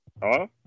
Hello